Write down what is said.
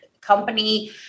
company